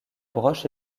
broche